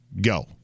go